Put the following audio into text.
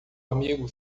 amigo